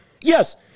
yes